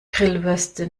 grillwürste